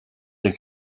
der